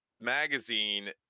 magazine